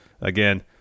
again